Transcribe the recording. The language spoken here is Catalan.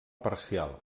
parcial